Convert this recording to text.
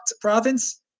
province